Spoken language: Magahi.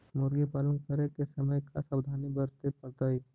मुर्गी पालन करे के समय का सावधानी वर्तें पड़तई?